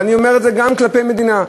ואני אומר את זה גם כלפי המדינה,